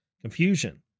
confusion